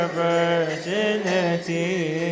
virginity